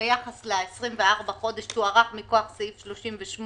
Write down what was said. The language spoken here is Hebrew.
ביחס ל-24 חודש תוארך מכוח סעיף 38